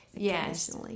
Yes